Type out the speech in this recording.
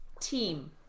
team